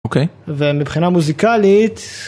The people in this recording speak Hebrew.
אוקי. ומבחינה מוזיקלית